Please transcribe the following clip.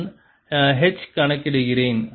நான் H கணக்கிடுகிறேன்